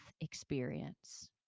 experience